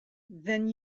then